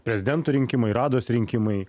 prezidento rinkimai rados rinkimai